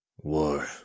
War